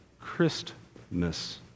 Christmas